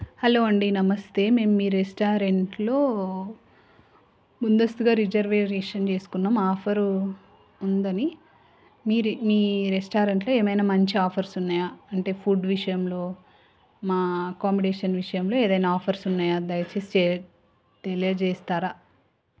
hello అండి నమస్తే మేము మీ రెస్టారెంట్లో ముందస్తుగా రిజర్వేరేషన్ చేసుకున్నాం ఆఫరు ఉందని మీ మీ రెస్టారెంట్లో ఏమైనా మంచి ఆఫర్స్ ఉన్నాయా అంటే ఫుడ్ విషయంలో మా అకామిడేషన్ విషయంలో ఏదైనా ఆఫర్స్ ఉన్నాయా దయచేసి తెలియజేస్తారా